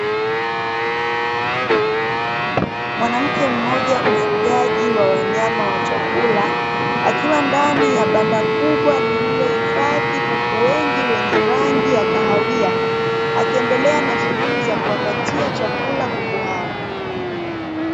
Mwanamke mmoja mfugaji wa wanyama wa chakula akiwa ndani ya banda kubwa lililohifadhi kuku wengi wenye rangi ya kahawia, akiendelea na shughuli za kuwapatia chakula kuku hao.